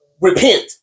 repent